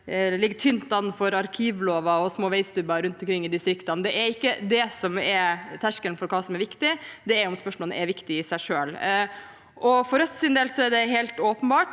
det ligger tynt an både for arkivloven og for små veistubber rundt om i distriktene. Det er ikke det som er terskelen for hva som er viktig – det er om spørsmålene er viktige i seg selv. For Rødts del er det helt åpenbart